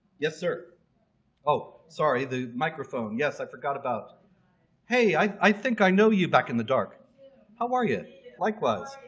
yes sir oh sorry the microphone yes i forgot about hey i think i know you back in the dark how are you likewise